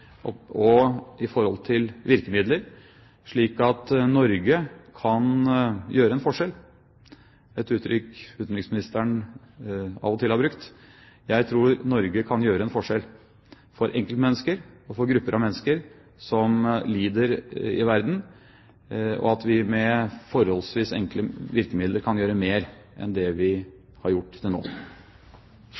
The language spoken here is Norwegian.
og i forhold til virkemidler, slik at Norge kan gjøre en forskjell – et uttrykk utenriksministeren av og til har brukt. Jeg tror at Norge kan gjøre en forskjell for enkeltmennesker og for grupper av mennesker som lider i verden, og at vi med forholdsvis enkle virkemidler kan gjøre mer enn det vi har gjort til nå.